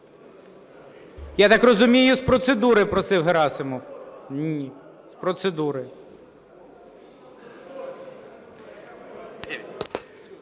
Я так розумію, з процедури просив Герасимов. З процедури.